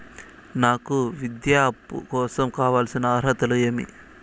నాకు విద్యా అప్పు కోసం కావాల్సిన అర్హతలు ఏమి?